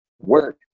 work